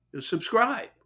subscribe